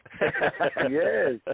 Yes